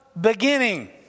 beginning